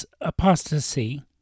apostasy